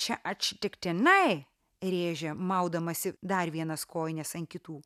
čia atsitiktinai rėžia maudamasi dar vienas kojines ant kitų